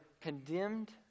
condemned